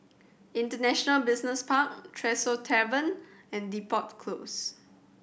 International Business Park Tresor Tavern and Depot Close